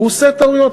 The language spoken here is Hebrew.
הוא עושה טעויות.